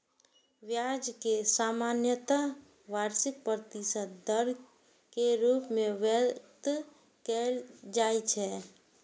ब्याज कें सामान्यतः वार्षिक प्रतिशत दर के रूप मे व्यक्त कैल जाइ छै